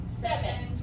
seven